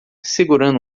segurando